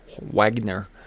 Wagner